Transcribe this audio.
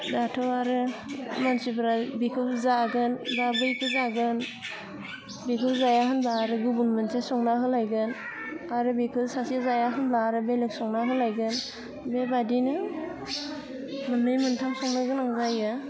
दाथ' आरो मानसिफ्रा बिखौ जागोन बा बैखौ जागोन बेखौ जाया होनबा आरो गुबुन मोनसे संना होलायगोन आरो बेखो सासे जाया होनब्ला आरो बेलेग संना होलायगोन बेबायदिनो मोननै मोनथाम संनो गोनां जायो